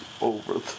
over